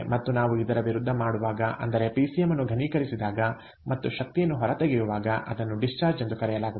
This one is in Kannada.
ಮತ್ತು ನಾವು ಇದರ ವಿರುದ್ಧ ಮಾಡುವಾಗ ಅಂದರೆ ಪಿಸಿಎಂ ಅನ್ನು ಘನೀಕರಿಸಿದಾಗ ಮತ್ತು ಶಕ್ತಿಯನ್ನು ಹೊರತೆಗೆಯುವಾಗ ಅದನ್ನು ಡಿಸ್ಚಾರ್ಜ್ ಎಂದು ಕರೆಯಲಾಗುತ್ತದೆ